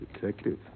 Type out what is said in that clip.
Detective